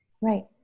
Right